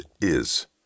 Is